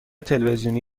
تلویزیونی